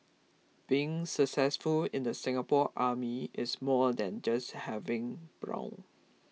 being successful in the Singapore Army is more than just having brawn